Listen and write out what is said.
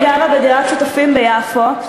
אני גרה בדירת שותפים ביפו.